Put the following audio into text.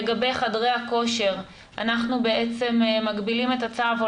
לגבי חדרי הכושר אנחנו מגבילים את הצו,